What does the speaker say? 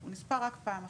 הוא נספר רק פעם אחת.